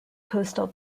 coastal